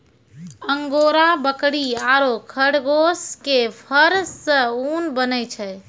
angora बकरी आरो खरगोश के फर सॅ ऊन बनै छै